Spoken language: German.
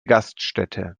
gaststätte